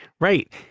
Right